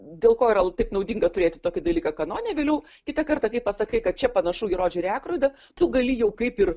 dėl ko yra taip naudinga turėti tokį dalyką kanone vėliau kitą kartą kai pasakai kad čia panašu į rodžerį ekroidą tu gali jau kaip ir